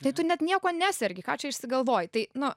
tai tu net niekuo nesergi ką čia išsigalvoji tai nu